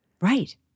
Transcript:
Right